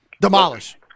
Demolish